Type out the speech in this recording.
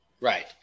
Right